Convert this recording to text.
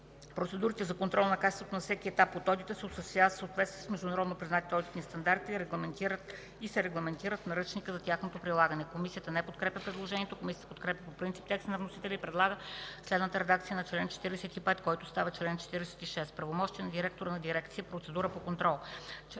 Процедурите за контрол на качеството на всеки етап от одита се осъществяват в съответствие с международно признатите одитни стандарти и се регламентират в Наръчника за тяхното прилагане.” Комисията не подкрепя предложението. Комисията подкрепя по принцип текста на вносителя и предлага следната редакция на чл. 45, който става чл. 46: „Правомощия на директора на дирекция. Процедура по контрол